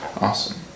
Awesome